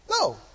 no